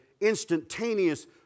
instantaneous